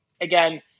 again